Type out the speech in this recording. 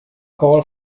call